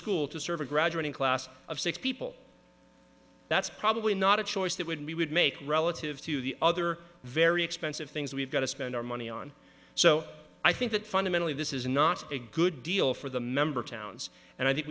school to serve a graduating class of six people that's probably not a choice that would we would make relative to the other very expensive things we've got to spend our money on so i think that fundamentally this is not a good deal for the member towns and i think